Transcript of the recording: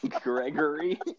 Gregory